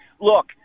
Look